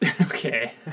Okay